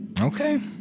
Okay